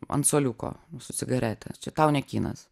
ant suoliuko su cigarete čia tau ne kinas